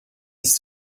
ist